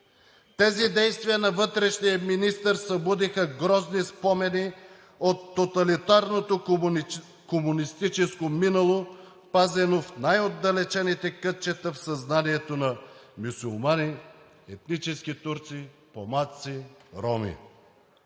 Тези действия на вътрешния министър събудиха грозни спомени от тоталитарното комунистическо минало, пазено в най-отдалечените кътчета в съзнанието на мюсюлмани, етнически турци, помаци, роми.